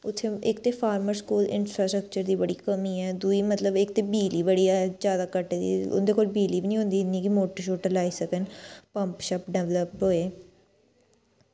ते इक ते फार्मल स्कूल इंफास्ट्रक्चर दी बड़ी कमी ऐ इक ते बिजली जादै घट होंदी ते उंदे कोल बिजली बी निं होंदी इन्नी की मोटर लाई सक्कन पंप डेवेल्प होये